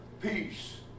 peace